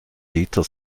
dieter